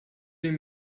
den